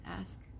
ask